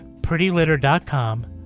prettylitter.com